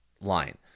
line